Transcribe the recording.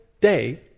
day